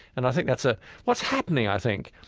and i think that's a what's happening, i think,